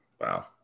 wow